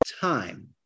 time